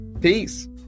Peace